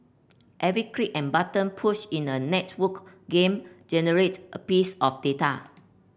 every click and button push in a networked game generates a piece of data